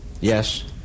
Yes